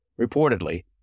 reportedly